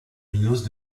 minos